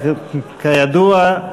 כידוע,